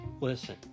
Listen